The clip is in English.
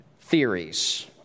theories